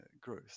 growth